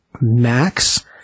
Max